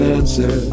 answer